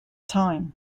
time